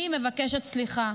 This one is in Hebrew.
אני מבקשת סליחה